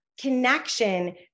connection